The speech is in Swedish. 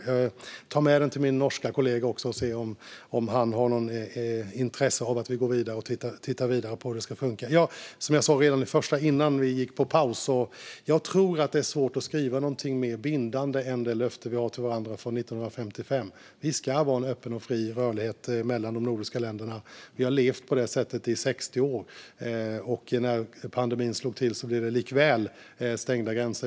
Jag tar med den till min norska kollega och ser om han har något intresse av att vi tar detta vidare och ser på hur det ska funka. Som jag sa redan tidigare, innan vi gick på paus, tror jag att det är svårt att skriva någonting mer bindande än det löfte vi har till varandra från 1955. Vi ska ha en öppen och fri rörlighet mellan de nordiska länderna. Vi har levt på det sättet i 60 år, och när pandemin slog till blev det likväl stängda gränser.